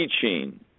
teaching